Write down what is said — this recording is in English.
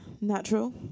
natural